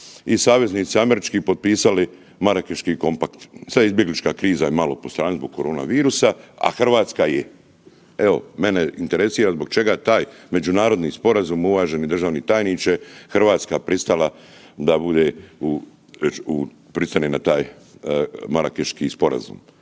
i saveznici američki potpisali Marakeški kompakt? Sad je izbjeglička kriza malo postrani zbog koronavirusa, a Hrvatska je. Evo, mene interesira zbog čega taj međunarodni sporazum, uvaženi državni tajniče, Hrvatska pristala da bude u, pristane na taj Marakeški sporazum?